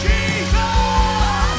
Jesus